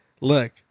Look